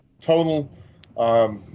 total